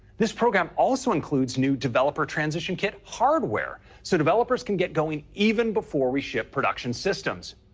this program also includes new developer transition kit hardware so developers can get going even before we ship production systems.